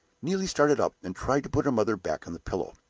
neelie started up, and tried to put her mother back on the pillow.